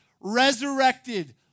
resurrected